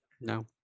No